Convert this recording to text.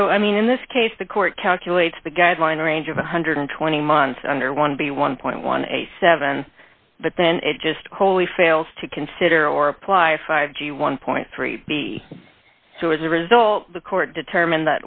so i mean in this case the court calculates the guideline range of one hundred and twenty months under one b one point one eight seven but then it just wholly fails to consider or apply five g one point three b so as a result the court determined